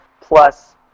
plus